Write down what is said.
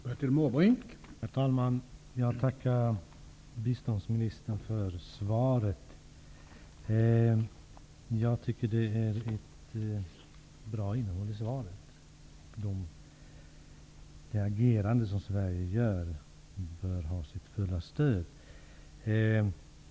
Herr talman! Jag tackar biståndsministern för svaret. Jag tycker att dess innehåll är bra, och Sveriges agerande bör få fullt stöd.